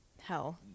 hell